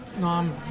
No